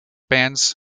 bands